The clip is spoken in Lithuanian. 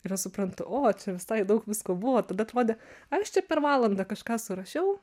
ir aš suprantu o visai daug visko buvo tada atrodė ai aš čia per valandą kažką surašiau